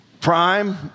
prime